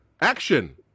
action